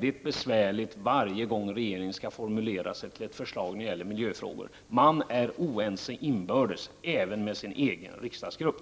mycket besvärligare varje gång regeringen formulerar sig till ett förslag när det gäller miljöfrågorna. De är oense inbördes, även inom den egna riksdagsgruppen.